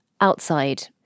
outside